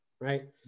right